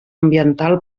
ambiental